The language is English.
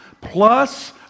plus